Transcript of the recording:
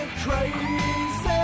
crazy